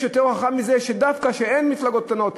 יש הוכחה יותר טובה מזה שדווקא כשאין מפלגות קטנות,